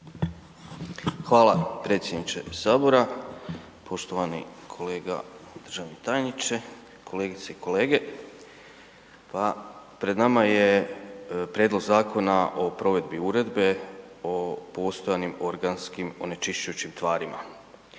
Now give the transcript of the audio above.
Hvala predsjedniče sabora. Poštovani kolega državni tajnice, kolegice i kolege, pa pred nama je Prijedlog Zakona o provedbi Uredbe o postojanim organskim onečišćujućim tvarima.